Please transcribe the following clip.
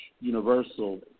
Universal